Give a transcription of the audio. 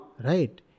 Right